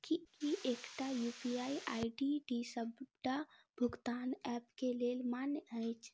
की एकटा UPI ID D सबटा भुगतान ऐप केँ लेल मान्य अछि?